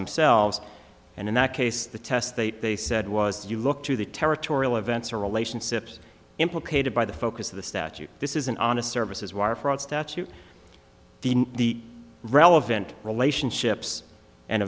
themselves and in that case the test that they said was if you look to the territorial events or relationships implicated by the focus of the statute this is an honest services wire fraud statute the relevant relationships and